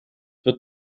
wird